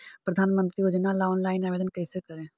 प्रधानमंत्री योजना ला ऑनलाइन आवेदन कैसे करे?